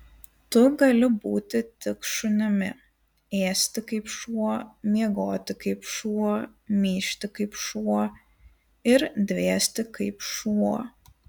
tu gali būti tik šunimi ėsti kaip šuo miegoti kaip šuo myžti kaip šuo ir dvėsti kaip šuo